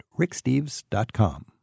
ricksteves.com